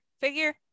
figure